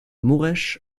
mureș